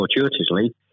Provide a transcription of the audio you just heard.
fortuitously